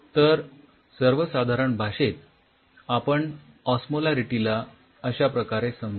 तर सर्वसाधारण भाषेत आपण ऑस्मोलारीटीला अश्या प्रकारे समजू